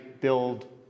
build